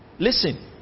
Listen